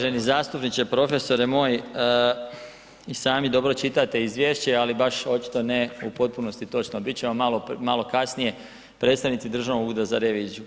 Uvaženi zastupniče, profesore moj, i sami dobro čitate izvješće, ali baš očito ne u potpunosti točno, bit će vam malo kasnije predstavnici Državnog ureda za reviziju.